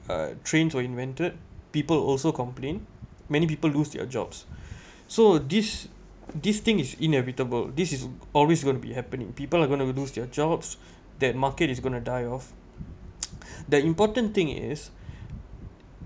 uh trains were invented people also complain many people lose their jobs so this this thing is inevitable this is always gonna be happening people are gonna to lose their jobs that market is going to die off the important thing is